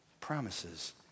promises